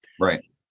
Right